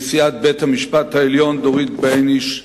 נשיאת בית-המשפט העליון דורית בייניש,